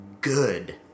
good